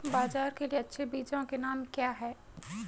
बाजरा के लिए अच्छे बीजों के नाम क्या हैं?